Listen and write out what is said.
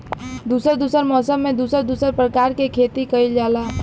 दुसर दुसर मौसम में दुसर दुसर परकार के खेती कइल जाला